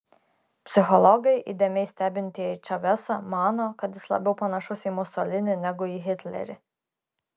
psichologai įdėmiai stebintieji čavesą mano kad jis labiau panašus į musolinį negu į hitlerį